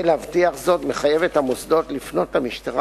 וכדי להבטיח זאת הוא מחייב את המוסדות לפנות למשטרה